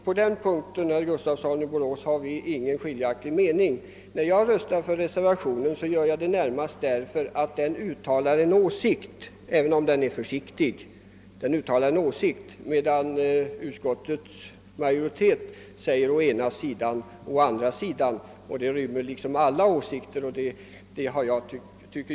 På den punkten, herr Gustafsson i Borås, har vi ingen avvikande mening. När jag röstar för reservationen gör jag det närmast därför att den uttalar en åsikt, även om den är försiktig. Utskottsmajoriteten däremot säger »å ena sidan» och »å andra sidan», vilket inrymmer alla åsikter.